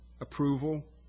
approval